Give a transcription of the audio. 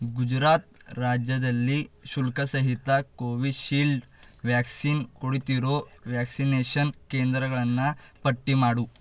ಗುಜರಾತ್ ರಾಜ್ಯದಲ್ಲಿ ಶುಲ್ಕ ಸಹಿತ ಕೋವಿಶೀಲ್ಡ್ ವ್ಯಾಕ್ಸಿನ್ ಕೊಡ್ತಿರೋ ವ್ಯಾಕ್ಸಿನೇಷನ್ ಕೇಂದ್ರಗಳನ್ನು ಪಟ್ಟಿ ಮಾಡು